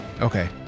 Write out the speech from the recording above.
Okay